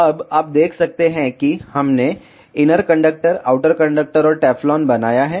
अब आप देख सकते हैं कि हमने इनर कंडक्टर आउटर कंडक्टर और टेफ्लॉन बनाया है